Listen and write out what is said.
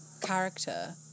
character